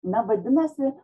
na vadinasi